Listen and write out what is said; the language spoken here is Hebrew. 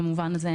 במובן הזה,